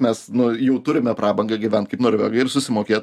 mes nu jau turime prabangą gyvent kaip norvegai ir susimokėt